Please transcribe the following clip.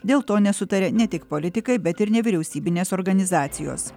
dėl to nesutaria ne tik politikai bet ir nevyriausybinės organizacijos